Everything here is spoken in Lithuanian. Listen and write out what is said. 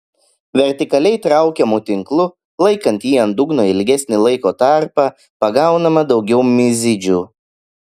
vertikaliai traukiamu tinklu laikant jį ant dugno ilgesnį laiko tarpą pagaunama daugiau mizidžių